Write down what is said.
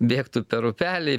bėgtų per upelį